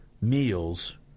meals